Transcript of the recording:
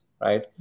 Right